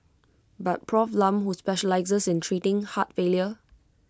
but Prof Lam who specialises in treating heart failure